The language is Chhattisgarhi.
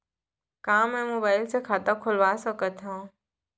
का मैं मोबाइल से खाता खोलवा सकथव?